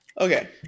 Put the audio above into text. Okay